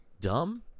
dumb